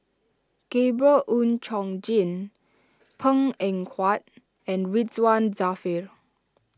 Gabriel Oon Chong Jin Png Eng Huat and Ridzwan Dzafir